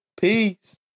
Peace